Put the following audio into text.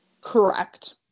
Correct